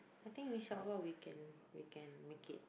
I think inshallah we can we can make it